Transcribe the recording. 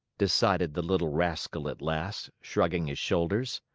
decided the little rascal at last, shrugging his shoulders.